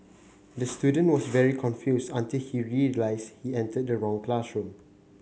the student was very confused until he realised he entered the wrong classroom